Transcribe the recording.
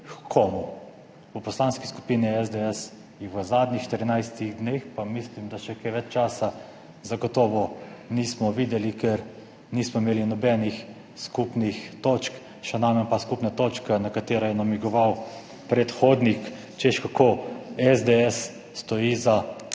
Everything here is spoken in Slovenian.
komu. V Poslanski skupini SDS jih v zadnjih 14. dneh, pa mislim, da še kaj več časa, zagotovo nismo videli, ker nismo imeli nobenih skupnih točk, še najmanj pa skupne točke, na katero je namigoval predhodnik, češ kako SDS stoji za